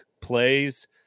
plays